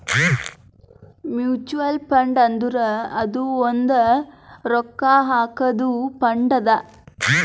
mutual fund ಅಂದುರ್ ಅದು ಒಂದ್ ರೊಕ್ಕಾ ಹಾಕಾದು ಫಂಡ್ ಅದಾ